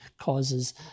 causes